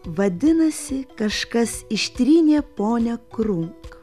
vadinasi kažkas ištrynė ponią krunk